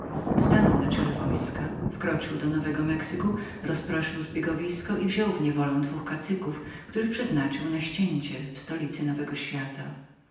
stanął na czele wojska wkroczył do nowego mexyku rozproszył zbiegowiska i wziął w niewolę dwóch kacyków których przeznaczył na ścięcie w stolicy nowego świata